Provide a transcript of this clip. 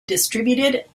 distributed